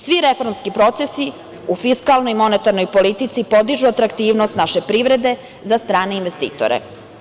Svi reformski procesi u fiskalnoj i monetarnoj politici podižu atraktivnost naše privrede za strane investitore.